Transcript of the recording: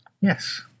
Yes